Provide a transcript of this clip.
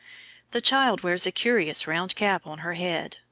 the child wears a curious round cap on her head,